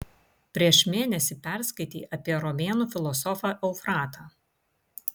prieš mėnesį perskaitei apie romėnų filosofą eufratą